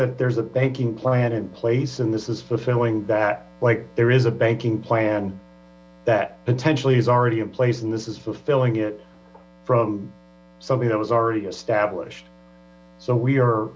that there's a banking plan in place and this is fulfilling that like there is a banking plan that potentially is already in place and this is fulfilling it from something that was already established so we are